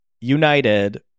united